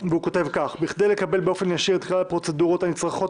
מתכבד לפתוח את ישיבת ועדת הכנסת.